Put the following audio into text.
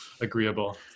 agreeable